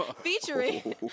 Featuring